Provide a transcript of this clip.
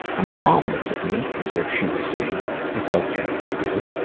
and my mom looks at me, as if she was saying it's okay if i do.